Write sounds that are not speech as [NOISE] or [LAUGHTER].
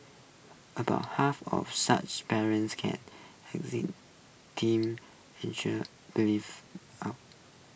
about half of such parents can exam team [UNINTELLIGIBLE]